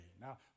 Now